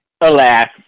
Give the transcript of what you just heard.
alas